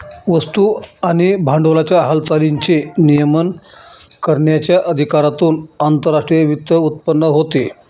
वस्तू आणि भांडवलाच्या हालचालींचे नियमन करण्याच्या अधिकारातून आंतरराष्ट्रीय वित्त उत्पन्न होते